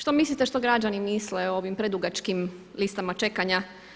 Što mislite što građani misle o ovim predugačkim listama čekanja.